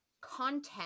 content